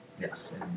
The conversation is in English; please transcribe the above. Yes